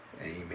Amen